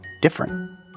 different